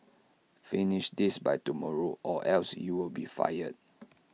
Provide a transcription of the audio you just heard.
finish this by tomorrow or else you'll be fired